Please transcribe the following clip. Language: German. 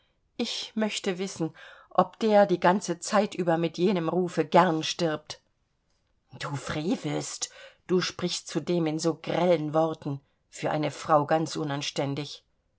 ich möchte wissen ob der die ganze zeit über mit jenem rufe gern stirbt du frevelst du sprichst zudem in so grellen worten für eine frau ganz unanständig